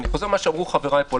אני חוזר על מה שאמרו חבריי פה.